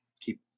keep